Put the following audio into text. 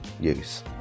use